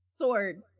sword